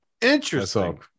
Interesting